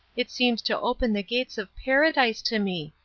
it seems to open the gates of paradise to me.